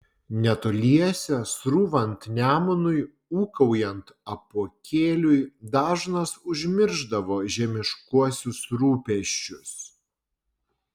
netoliese srūvant nemunui ūkaujant apuokėliui dažnas užmiršdavo žemiškuosius rūpesčius